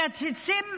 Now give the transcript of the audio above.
מקצצים.